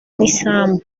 n’isambu